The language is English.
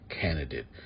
candidate